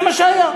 זה מה שהיה.